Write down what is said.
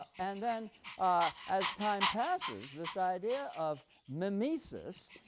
and then ah as time passes, this idea of mimesis,